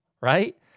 right